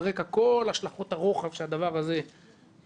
על רקע כל השלכות הרוחב שהדבר הזה כולל,